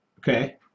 okay